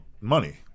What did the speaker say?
money